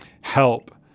help